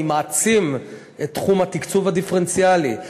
אני מעצים את תחום התקצוב הדיפרנציאלי.